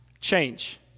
change